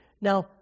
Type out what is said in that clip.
now